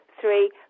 three